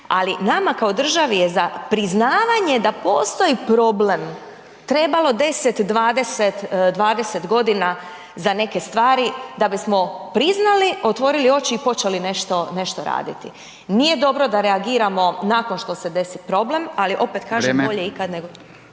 ali nama kao državi je za priznavanje da postoji problem, trebalo 10, 20 g. za neke stvari da bismo priznali, otvorili oči i počeli nešto raditi. Nije dobro da reagiramo nakon što se desi problem ali opet kažem bolje ikad nego